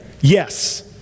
Yes